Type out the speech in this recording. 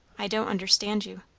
i don't understand you.